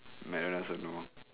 McDonald's also no